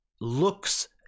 looks